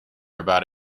about